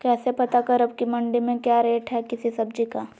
कैसे पता करब की मंडी में क्या रेट है किसी सब्जी का?